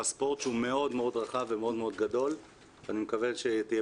ספורט שהוא מאוד מאוד רחב ומאוד מאוד גדול ואני מקווה שתהיה